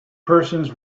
persons